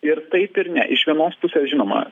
ir taip ir ne iš vienos pusės žinoma